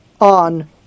on